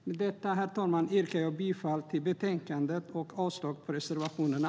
Med detta, herr talman, yrkar jag bifall till utskottets förslag i betänkandet och avslag på reservationerna.